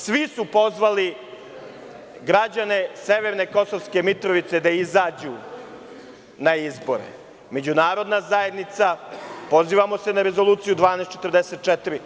Svi su pozvali građane severne Kosovske Mitrovice da izađu na izbore, međunarodna zajednica, pozivamo se na Rezoluciju 1244.